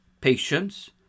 patience